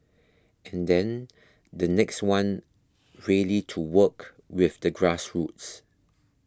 and then the next one really to work with the grassroots